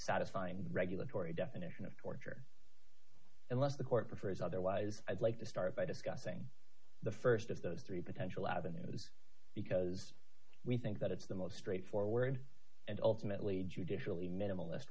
satisfying the regulatory definition of course unless the court prefers otherwise i'd like to start by discussing the st of the three potential avenues because we think that it's the most straightforward and ultimately judicially minimalist